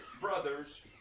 brother's